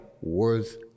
worth